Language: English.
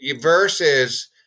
versus